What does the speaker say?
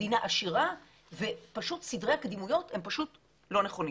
מדינה עשירה ופשוט סדרי הקדימויות הם פשוט לא נכונים